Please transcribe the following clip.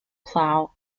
plough